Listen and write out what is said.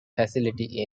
facility